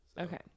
Okay